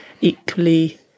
equally